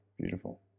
Beautiful